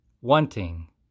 wanting